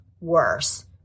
worse